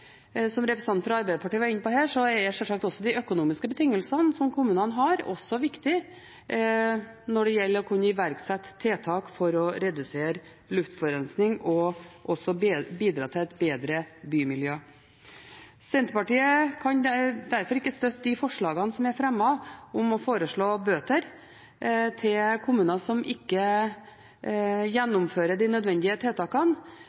sjølsagt er de økonomiske betingelsene som kommunene har, også viktig når det gjelder å kunne iverksette tiltak for å redusere luftforurensningen og også bidra til et bedre bymiljø. Senterpartiet kan derfor ikke støtte de forslagene som er fremmet om å ilegge bøter til kommuner som ikke gjennomfører de nødvendige tiltakene,